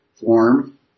form